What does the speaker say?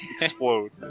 explode